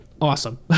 Awesome